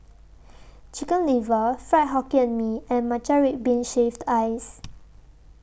Chicken Liver Fried Hokkien Mee and Matcha Red Bean Shaved Ice